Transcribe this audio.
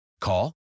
Call